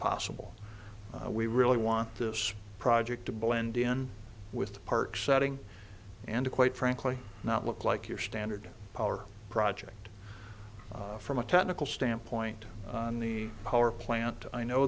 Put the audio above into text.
possible we really want this project to blend in with the park setting and quite frankly not look like your standard power project from a technical standpoint on the power plant i know